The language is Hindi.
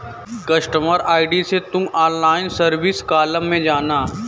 कस्टमर आई.डी से तुम ऑनलाइन सर्विस कॉलम में जाना